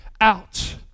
out